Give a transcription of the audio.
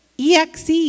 Exe